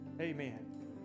Amen